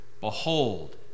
Behold